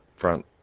front